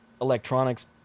electronics